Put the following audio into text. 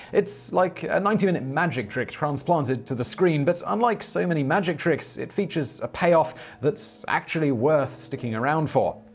it's like a ninety-minute magic trick transplanted to the screen but unlike so many magic tricks, it features a payoff that's actually worth sticking around for.